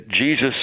Jesus